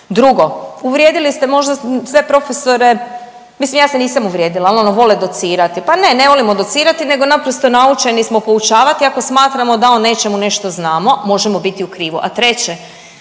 Drugo, uvrijedili ste možda sve profesore, mislim, ja se nisam uvrijedila, ali ono, vole docirati. Pa ne, ne volimo docirati nego naprosto naučeni smo poučavati, ako smatramo da o nečemu nešto znamo, možemo biti u krivu.